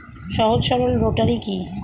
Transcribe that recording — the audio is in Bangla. সহজ সরল রোটারি কি?